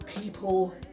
People